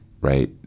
right